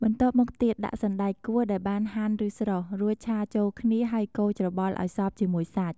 បន្ទាប់មកទៀត ដាក់សណ្ដែកគួរដែលបានហាន់ឬស្រុះ រួចឆាចូលគ្នាហើយកូរច្របល់ឱ្យសព្វជាមួយសាច់។